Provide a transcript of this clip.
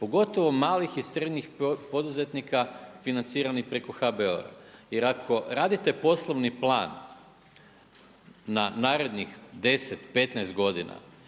pogotovo malih i srednjih poduzetnika financirani preko HBOR-a. Jer ako radite poslovni plan na narednih 10, 15 godina